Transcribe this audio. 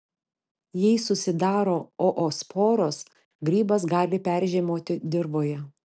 jei susidaro oosporos grybas gali peržiemoti dirvoje